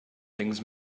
things